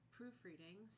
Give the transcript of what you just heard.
Proofreading